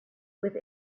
with